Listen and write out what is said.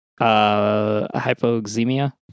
hypoxemia